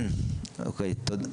תודה.